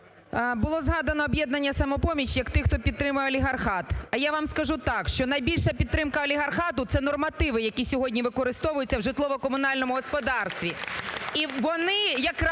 Було згадано "Об'єднання "Самопоміч" як тих, хто підтримує олігархат. А я вам скажу так, що найбільша підтримка олігархату – це нормативи, які сьогодні використовуються в житлово-комунальному господарстві.